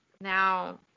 now